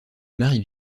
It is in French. mary